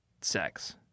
sex